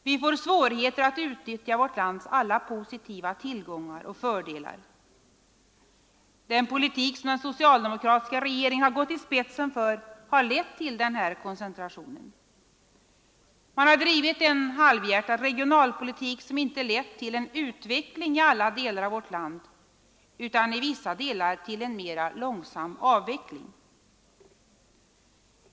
Vi får svårigheter att utnyttja vårt lands alla positiva tillgångar och fördelar. Den politik som den socialdemokratiska regeringen har gått i spetsen för har lett till den här koncentrationen. Man har drivit en halvhjärtad regionalpolitik, som inte har lett till utveckling av alla delar av vårt land utan i vissa delar till en mera långsam avveckling.